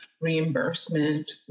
reimbursement